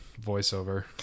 voiceover